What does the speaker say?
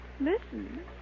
Listen